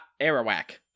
Arawak